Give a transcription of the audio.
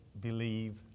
believe